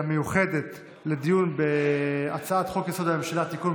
המיוחדת לדיון בהצעת חוק-יסוד: הממשלה (תיקון,